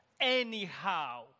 anyhow